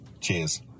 Cheers